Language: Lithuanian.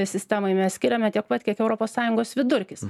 sistemai mes skiriame tiek pat kiek europos sąjungos vidurkis